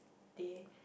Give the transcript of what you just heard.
day